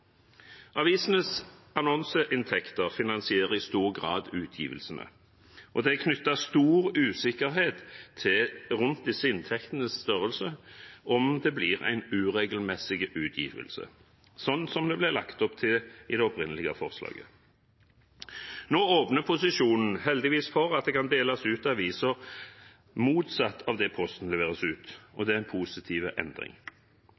Avisenes annonseinntekter finansierer i stor grad utgivelsene, og det er knyttet stor usikkerhet rundt disse inntektenes størrelse om det blir en uregelmessig utgivelse, slik det ble lagt opp til i det opprinnelige forslaget. Nå åpner posisjonen heldigvis for at det kan deles ut aviser de dagene Posten ikke leverer ut. Det er en positiv endring. I og